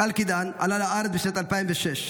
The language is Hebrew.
קאלקידן עלה לארץ בשנת 2006,